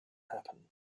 happen